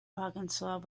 arkansas